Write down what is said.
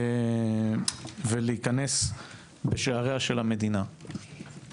ולהיכנס בשעריה של המדינה.